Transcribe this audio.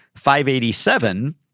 587